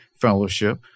fellowship